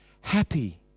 happy